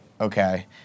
Okay